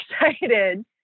excited